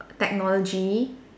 technology